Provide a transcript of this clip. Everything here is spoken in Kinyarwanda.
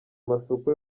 amasoko